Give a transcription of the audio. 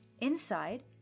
Inside